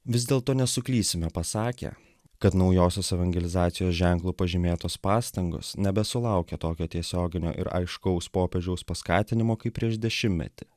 vis dėlto nesuklysime pasakę kad naujosios evangelizacijos ženklu pažymėtos pastangos nebesulaukia tokio tiesioginio ir aiškaus popiežiaus paskatinimo kaip prieš dešimtmetį